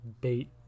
bait